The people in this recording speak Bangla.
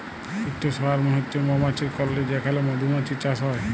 ইকট সোয়ার্ম হছে মমাছির কললি যেখালে মধুমাছির চাষ হ্যয়